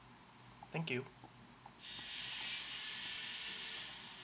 thank you